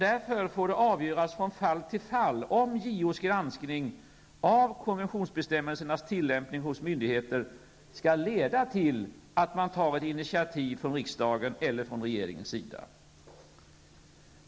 Därför får det avgöras från fall till fall om JOs granskning av konventionsbestämmelsernas tillämpning hos myndigheter skall leda till att man tar ett initiativ från riksdagens eller regeringens sida.